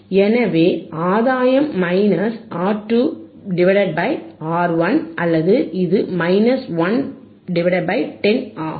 எனவே ஆதாயம் minus R2 by R1 அல்லது இது 1 பை 10 ஆகும்